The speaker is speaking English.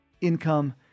income